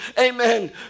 amen